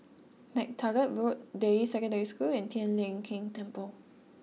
MacTaggart Road Deyi Secondary School and Tian Leong Keng Temple